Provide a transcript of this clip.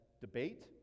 debate